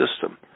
system